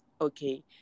Okay